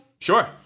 Sure